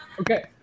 Okay